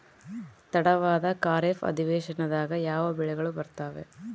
ತಡವಾದ ಖಾರೇಫ್ ಅಧಿವೇಶನದಾಗ ಯಾವ ಬೆಳೆಗಳು ಬರ್ತಾವೆ?